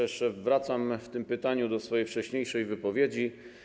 Jeszcze wracam w tym pytaniu do swojej wcześniejszej wypowiedzi.